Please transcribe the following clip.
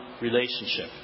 relationship